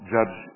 Judge